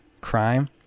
crime